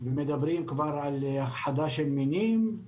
ומדברים כבר על הכחדה של מינים,